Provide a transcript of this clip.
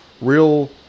real